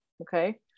Okay